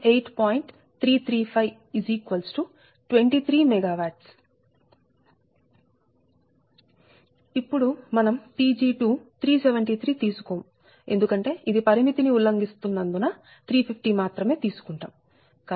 ఇప్పుడు మనం Pg2 373 తీసుకోము ఎందుకంటే ఇది పరిమితి ని ఉల్లంఘిస్తున్నందున 350 మాత్రమే తీసుకుంటాము